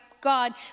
God